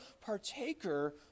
partaker